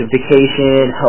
Vacation